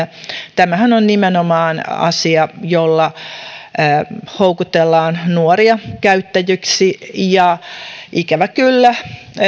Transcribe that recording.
tämähän on nimenomaan asia jolla houkutellaan nuoria käyttäjiksi ja ikävä kyllä